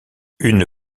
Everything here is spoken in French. une